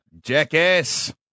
Jackass